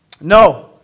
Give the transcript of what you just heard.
No